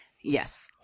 Yes